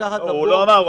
הוא לא אמר את זה.